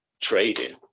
trading